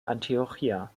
antiochia